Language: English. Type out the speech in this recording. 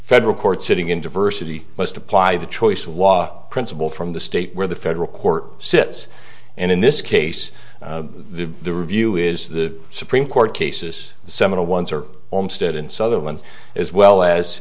federal courts sitting in diversity must apply the choice of law principle from the state where the federal court sits and in this case the review is the supreme court cases the seminal ones are almost it in sutherland as well as